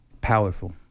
Powerful